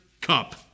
cup